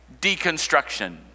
deconstruction